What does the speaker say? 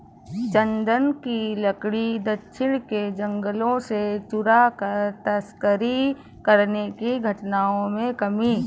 चन्दन की लकड़ी दक्षिण के जंगलों से चुराकर तस्करी करने की घटनाओं में कमी आनी चाहिए